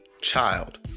child